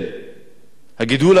הגידול הטבעי בעוספיא,